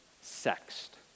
sexed